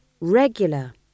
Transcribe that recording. regular